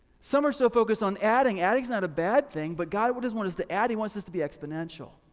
some are so focused on adding, adding is not a bad thing but god wouldn't want us to add he wants us to be exponential.